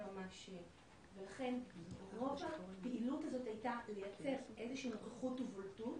לכן רוב הפעילות הזאת הייתה לייצר איזה שהיא נוכחות ובולטות,